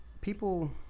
people